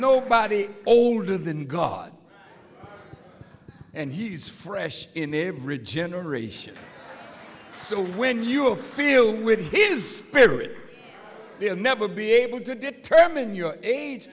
nobody older than god and he's fresh in every generation so when you feel with his spirit you never be able to determine your age